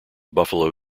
buffalo